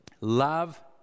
Love